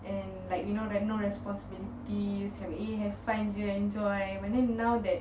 and like you know there no responsibilities we still have eh have fun and enjoy and when then now that